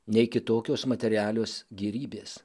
nei kitokios materialios gėrybės